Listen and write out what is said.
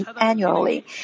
annually